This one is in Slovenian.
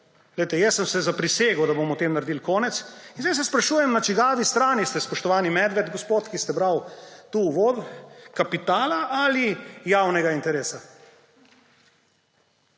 Poglejte, jaz sem zaprisegel, da bomo temu naredili konec. Sedaj se sprašujem, na čigavi strani ste, spoštovani Medved – gospod, ki ste brali tu uvod – kapitala ali javnega interesa?